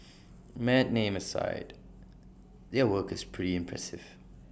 mad name aside their work is pretty impressive